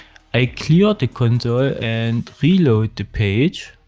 i clear the console and reload the page.